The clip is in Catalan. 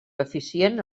eficient